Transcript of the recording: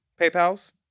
paypals